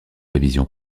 révision